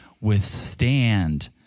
withstand